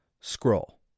Scroll